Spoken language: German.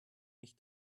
mich